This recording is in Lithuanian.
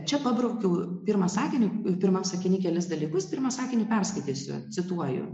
čia pabraukiau pirmą sakinį ir pirmam sakiny kelis dalykus pirmą sakinį perskaitysiu cituoju